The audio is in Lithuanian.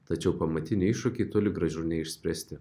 tačiau pamatiniai iššūkiai toli gražu neišspręsti